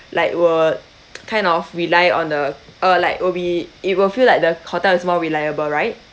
like will kind of rely on the uh like will be it will feel like the hotel is more reliable right